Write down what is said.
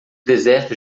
deserto